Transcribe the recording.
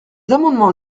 amendements